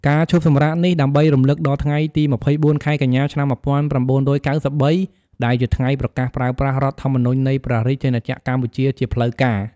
ការឈប់សម្រាកនេះ ដើម្បីរំលឹកដល់ថ្ងៃទី២៤ ខែកញ្ញា ឆ្នាំ១៩៩៣ ដែលជាថ្ងៃប្រកាសប្រើប្រាស់រដ្ឋធម្មនុញ្ញនៃព្រះរាជាណាចក្រកម្ពុជាជាផ្លូវការ។